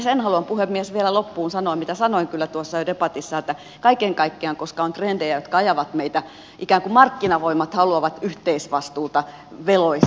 sen haluan puhemies vielä loppuun sanoa mitä sanoin kyllä jo tuossa debatissa että kaiken kaikkiaan koska on trendejä jotka ajavat meitä ikään kuin markkinavoimat haluavat yhteisvastuuta veloista